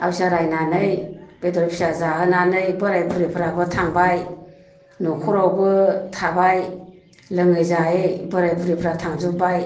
आवसिया रायनानै बेदर फिसा जाहोनानै बोराय बुरैफोराबो थांबाय न'खरावबो थाबाय लोंयै जायै बोराय बुरैफोरा थांजोब्बाय